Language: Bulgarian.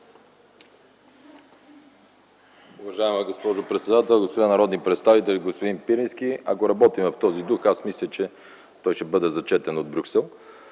Благодаря.